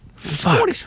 fuck